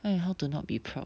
!aiya! how to not be proud